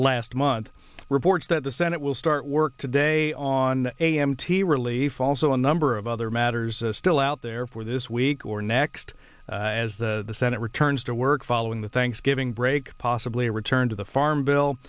last month reports that the senate will start work today on a m t relief also a number of other matters still out there for this week or next as the senate returns to work following the thanksgiving break possibly a return to the farm bill